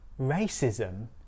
racism